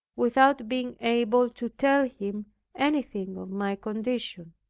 without being able to tell him anything of my condition.